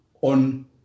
on